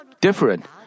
different